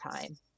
time